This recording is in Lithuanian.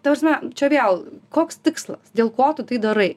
ta prasme čia vėl koks tikslas dėl ko tu tai darai